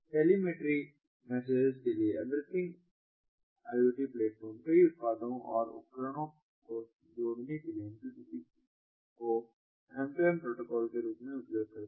telemetry messages के लिए EVRYTHNG IoT platform कई उत्पादों और उपकरणों को जोड़ने के लिए MQTT को M2M प्रोटोकॉल के रूप में उपयोग करता है